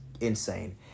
insane